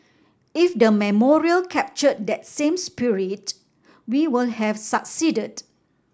if the memorial captured that same spirit we will have succeeded